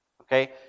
Okay